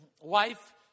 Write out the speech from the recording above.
wife